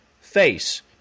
face